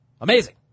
Amazing